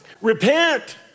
Repent